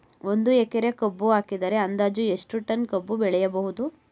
ಒಂದು ಎಕರೆ ಕಬ್ಬು ಹಾಕಿದರೆ ಅಂದಾಜು ಎಷ್ಟು ಟನ್ ಕಬ್ಬು ಬೆಳೆಯಬಹುದು?